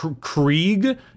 Krieg